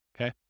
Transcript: Okay